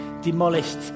demolished